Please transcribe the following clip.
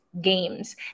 games